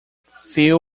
few